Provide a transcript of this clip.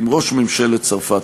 עם ראש ממשלת צרפת,